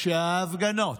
שההפגנות